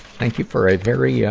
thank you for a very, yeah